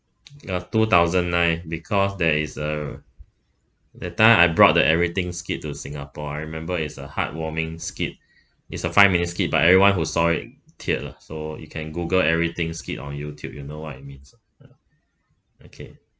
ya two thousand nine because there is uh that time I brought the everything skit to singapore I remember it's a heartwarming skit it's a five minute skit but everyone who saw it teared lah so you can google everything skit on youtube you'll know what I mean okay